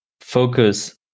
focus